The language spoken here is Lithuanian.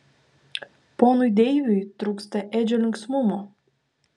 ponui deiviui trūksta edžio linksmumo